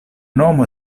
nomo